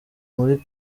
muri